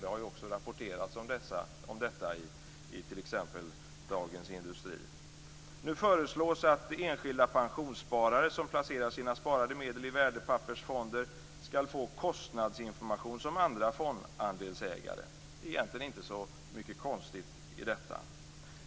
Det har rapporterats om detta i t.ex. Nu föreslås att enskilda pensionssparare som placerar sina sparade medel i värdepappersfonder skall få kostnadsinformation, som andra fondandelsägare. Det är egentligen inte så konstigt.